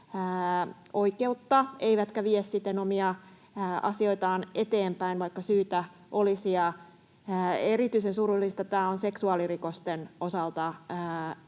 oikeutta, eivätkä vie sitten omia asioitaan eteenpäin, vaikka syytä olisi. Erityisen surullista tämä on seksuaalirikosten osalta.